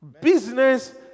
Business